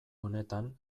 honetan